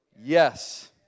Yes